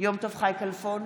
יום טוב חי כלפון,